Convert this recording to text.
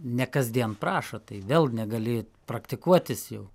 ne kasdien prašo tai vėl negali praktikuotis jau